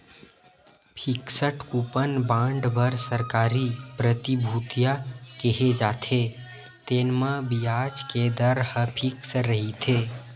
fixed coupon bond बर सरकारी प्रतिभूतिया केहे जाथे, तेन म बियाज के दर ह फिक्स रहिथे